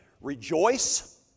Rejoice